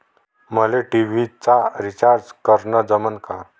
मले टी.व्ही चा रिचार्ज करन जमन का?